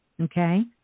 Okay